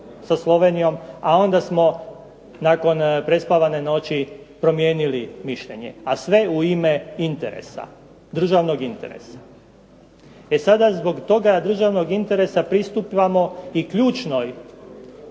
a onda smo nakon prespavane noći promijenili mišljenje, a sve u ime interesa, državnog interesa. E sada zbog toga državnoga interesa pristupamo i ključnoj